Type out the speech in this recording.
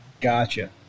Gotcha